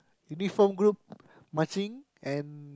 uniform group marching and